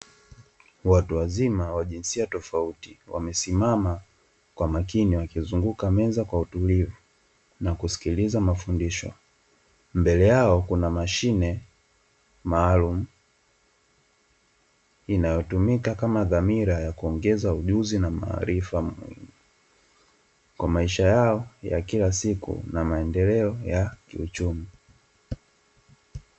Watu wazima wa jinsia tofauti wamesimama kwa makini wakizunguka meza kwa utulivu na kusikiliza mafundisho. Mbele yao kuna mashine maalum inayotumika kama dhamira ya kuongeza ujuzi na maarifa muhimu kwa maisha yao ya kila siku na maendeleo ya kiuchumi.